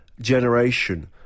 generation